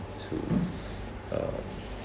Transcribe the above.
to uh